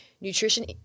nutrition